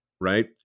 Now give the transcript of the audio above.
right